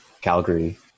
Calgary